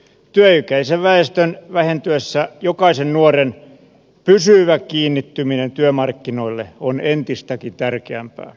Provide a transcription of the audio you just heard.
työikäisen väestön vähentyessä jokaisen nuoren pysyvä kiinnittyminen työmarkkinoille on entistäkin tärkeämpää